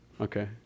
Okay